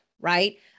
right